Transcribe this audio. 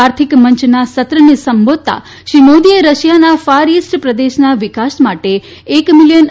આર્થિક મંયના સત્રને સંબોધતાં શ્રી મોદીએ રશિયાના ફાર ઈસ્ટ પ્રદેશના વિકાસ માટે એક મિલિયન